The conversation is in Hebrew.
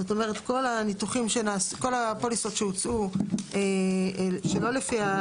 זאת אומרת כל הפוליסות שהוצאו שלא לפי,